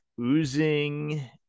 oozing